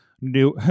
new